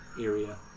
area